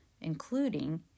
including